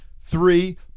three